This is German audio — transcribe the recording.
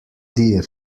dir